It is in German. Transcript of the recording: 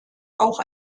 auch